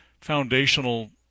foundational